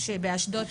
שבאשדוד,